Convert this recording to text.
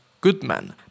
goodman